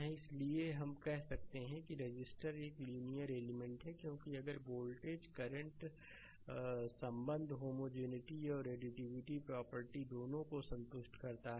इसलिए इसलिए हम कह सकते हैं कि रजिस्टर एक लीनियर एलिमेंट है क्योंकि अगर वोल्टेज करंट संबंध होमोजेनििटी और एडिटिविटी प्रॉपर्टी दोनों को संतुष्ट करता है